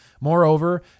Moreover